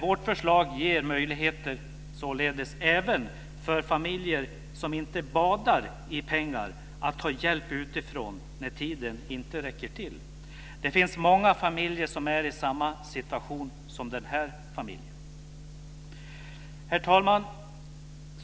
Vårt förslag ger möjlighet även för familjer som inte badar i pengar att ta hjälp utifrån när tiden inte räcker till. Det finns många familjer som är i samma situation som den här familjen. Herr talman!